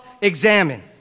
examine